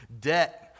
Debt